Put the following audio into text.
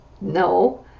no